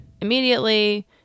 immediately